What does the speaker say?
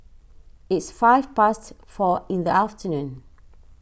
its five past four in the afternoon